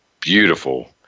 beautiful